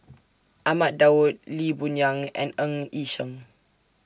Ahmad Daud Lee Boon Yang and Ng Yi Sheng